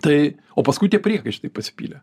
tai o paskui tie priekaištai pasipylę